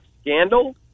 scandal